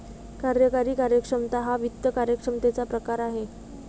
कार्यकारी कार्यक्षमता हा वित्त कार्यक्षमतेचा प्रकार आहे